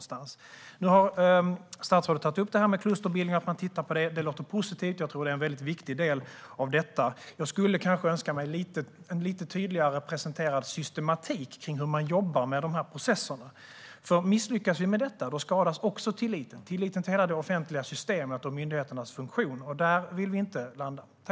Statsrådet har tagit upp detta med klusterbildning och att man tittar på det. Det låter positivt. Jag tror att det är en mycket viktig del av detta. Jag skulle kanske önska mig en lite tydligare presenterad systematik kring hur man jobbar med dessa processer. Om vi misslyckas med detta skadas också tilliten till hela det offentliga systemet och till myndigheternas funktion. Där vill vi inte landa.